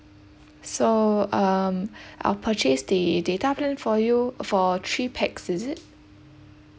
so um I'll purchase the data plan for you for three pax is it